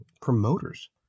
promoters